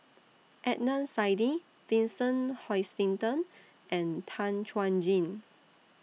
Adnan Saidi Vincent Hoisington and Tan Chuan Jin